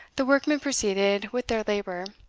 the workmen proceeded with their labour.